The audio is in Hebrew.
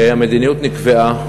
המדיניות נקבעה.